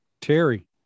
Terry